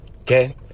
Okay